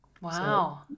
Wow